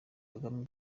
kagame